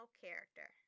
character